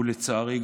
ולצערי,